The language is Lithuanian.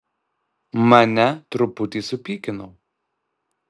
mane truputį supykino